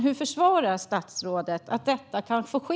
Hur försvarar statsrådet att detta kan få ske?